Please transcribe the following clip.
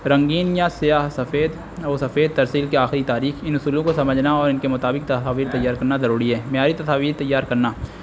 رنگین یا سیاہ سفید اور و سفید ترسیل کے آخری تاریخ ان اصولو کو سمجھنا اور ان کے مطابق تصاویر تیار کرنا روری ہے معیاری تصاویر تیار کرنا